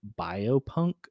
biopunk